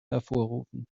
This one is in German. hervorrufen